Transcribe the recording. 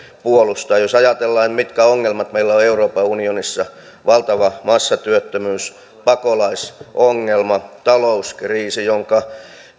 puolustaa jos ajatellaan mitkä ongelmat meillä on euroopan unionissa valtava massatyöttömyys pakolaisongelma talouskriisi jonka